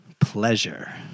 Pleasure